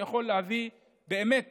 אני מזכיר לשר אלקין את